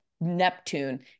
Neptune